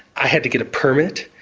i had to get a permit.